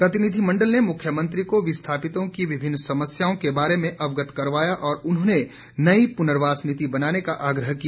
प्रतिनिधिमंडल ने मुख्यमंत्री को विस्थापितों की विभिन्न समस्याओं के बारे में अवगत कराया और उन्होंने नई पुनर्वास नीति बनाने का आग्रह किया